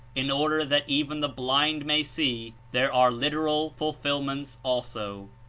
in order that even the blind may see, there are literal fulfilments also.